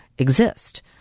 Exist